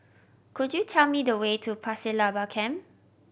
could you tell me the way to Pasir Laba Camp